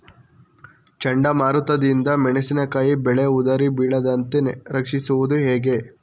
ಚಂಡಮಾರುತ ದಿಂದ ಮೆಣಸಿನಕಾಯಿ ಬೆಳೆ ಉದುರಿ ಬೀಳದಂತೆ ರಕ್ಷಿಸುವುದು ಹೇಗೆ?